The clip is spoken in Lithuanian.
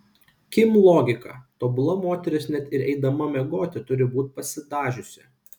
kim logika tobula moteris net ir eidama miegoti turi būti pasidažiusi